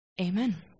Amen